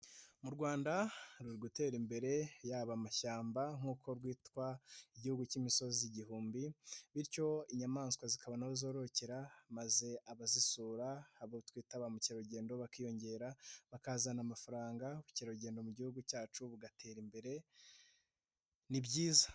Mu Rwanda hari gutera imbere yaba amashyamba nk'uko rwitwa igihugu cy'imisozi igihumbi, bityo inyamaswa zikabona aho zororokera maze abazisura abo twita ba mukerarugendo bakiyongera bakazana amafaranga ubukerarugendo mu gihugu cyacu bugatera imbere, ni byiza.